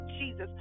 Jesus